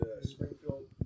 Springfield